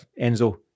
Enzo